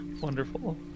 Wonderful